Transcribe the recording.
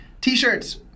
T-shirts